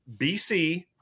BC